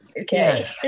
okay